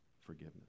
forgiveness